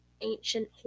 ancient